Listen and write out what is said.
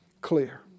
clear